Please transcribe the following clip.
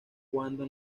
cuando